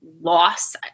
loss